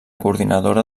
coordinadora